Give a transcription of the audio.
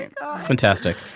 fantastic